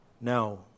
Now